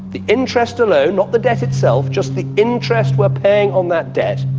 the interest alone, not the debt itself, just the interest we are paying on that debt,